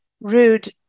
rude